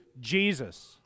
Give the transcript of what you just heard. Jesus